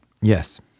Yes